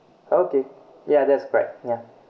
okay ya that's correct yeah